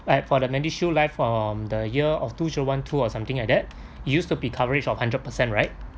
like for the medishield life for the year of two zero one two or something like that it used to be coverage of hundred percent right